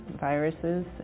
viruses